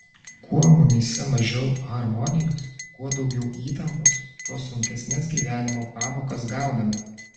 kuo mumyse mažiau harmonijos kuo daugiau įtampos tuo sunkesnes gyvenimo pamokas gauname